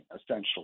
essentially